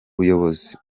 buyobozi